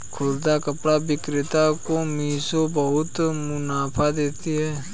खुदरा कपड़ा विक्रेता को मिशो बहुत मुनाफा देती है